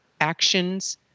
actions